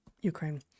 Ukraine